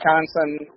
Wisconsin